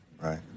right